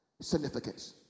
significance